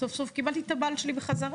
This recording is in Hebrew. סוף סוף קיבלתי את הבעל שלי בחזרה.